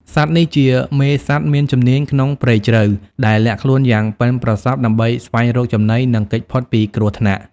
សត្វនេះជាមេសត្វមានជំនាញក្នុងព្រៃជ្រៅ ដែលលាក់ខ្លួនយ៉ាងប៉ិនប្រសប់ដើម្បីស្វែងរកចំណី និងគេចផុតពីគ្រោះថ្នាក់។